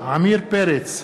עמיר פרץ,